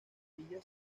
villa